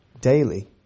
daily